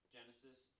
Genesis